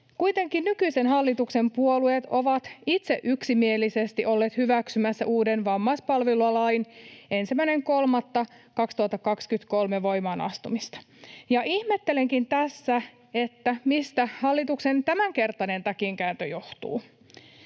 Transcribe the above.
Kuitenkin nykyisen hallituksen puolueet ovat itse yksimielisesti olleet hyväksymässä 1.3.2023 uuden vammaispalvelulain voimaan astumista, ja ihmettelenkin tässä, mistä hallituksen tämänkertainen takinkääntö johtuu.